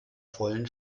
vollen